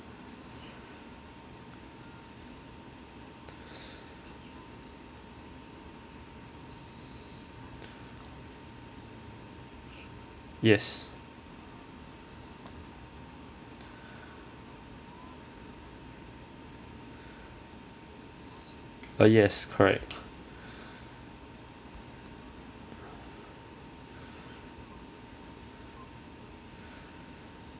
yes uh yes correct